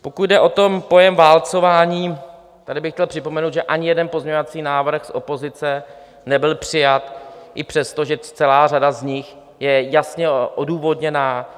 Pokud jde o pojem válcování: tady bych chtěl připomenout, že ani jeden pozměňovací návrh z opozice nebyl přijat i přesto, že celá řada z nich je jasně odůvodněná.